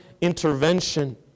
intervention